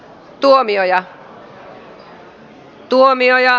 äänestyksen tulos luetaan